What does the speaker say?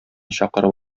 чакырып